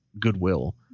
Goodwill